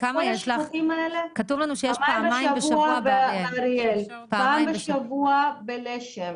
פעמיים בשבוע באריאל, פעם בשבוע בלשם,